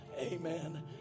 Amen